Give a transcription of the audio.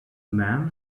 man